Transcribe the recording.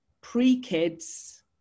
pre-kids